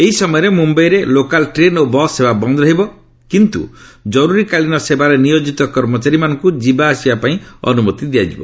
ଏହି ସମୟରେ ମୁମ୍ଭାଇରେ ଲୋକାଲ ଟ୍ରେନ୍ ଓ ବସ୍ ସେବା ବନ୍ଦ ରହିବ କିନ୍ତୁ ଜରୁରୀକାଳୀନ ସେବାରେ ନିୟୋଜିତ କର୍ମଚାରୀମାନଙ୍କୁ ଯିବା ଆସିବା ପାଇଁ ଅନୁମତି ଦିଆଯିବ